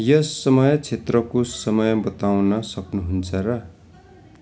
यस समय क्षेत्रको समय बताउन सक्नुहुन्छ र